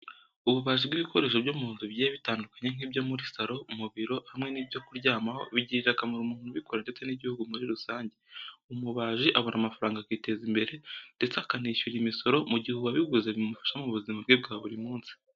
Ububaji bw'ibikoresho byo mu nzu bigiye bitandukanye nk'ibyo muri saro, mu biro, hamwe n'ibyo kuryamaho bigirira akamaro umuntu ubikora ndetse n'igihugu muri rusange. Umubaji abona amafaranga akiteza imbere ndetse akanishyura imisoro, mu gihe uwabiguze bimufasha mu buzima bwe bwa buri munsi.